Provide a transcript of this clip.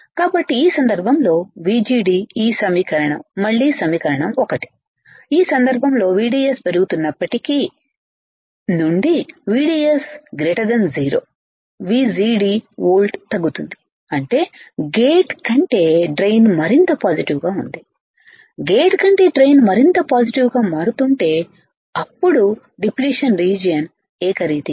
కాబట్టి ఈ సందర్భంలో VGD ఈ సమీకరణం మళ్ళీ సమీకరణం 1 ఈ సందర్భంలో VDS పెరుగుతున్నప్పటి నుండి VDS 0 VGD వోల్ట్ తగ్గుతుందిఅంటేగేట్ కంటే డ్రైన్ మరింత పాజిటివ్ గా ఉంది గేట్ కంటే డ్రైన్ మరింత పాజిటివ్ గా మారుతుంటే అప్పుడుడిప్లిషన్ రీజియన్ ఏకరీతిగా